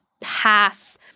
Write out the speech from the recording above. pass